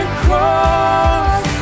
cross